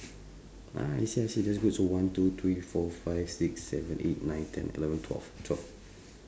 ah I see I see that's good so one two three four five six seven eight nine ten eleven twelve twelve